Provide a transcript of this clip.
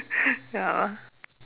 ya lah